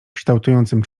kształtującym